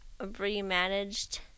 remanaged